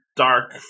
Dark